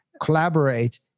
collaborate